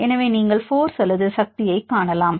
எனவே நீங்கள் போர்ஸ் அல்லது சக்தியைக் காணலாம்